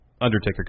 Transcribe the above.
Undertaker